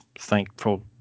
thankful